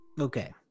Okay